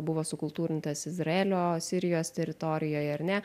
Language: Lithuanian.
buvo sukultūrintas izraelio sirijos teritorijoj ar ne